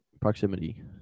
proximity